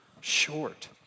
short